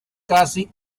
casi